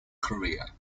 career